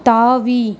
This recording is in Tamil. தாவி